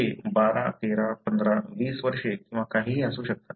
ते 12 13 15 20 वर्षे किंवा काहीही असू शकतात